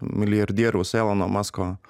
milijardieriaus elono musko